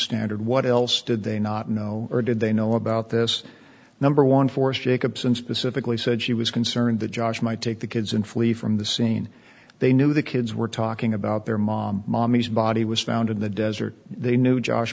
standard what else did they not know or did they know about this number one forced jacobson specifically said she was concerned that josh might take the kids and flee from the scene they knew the kids were talking about their mom mommy's body was found in the desert they knew josh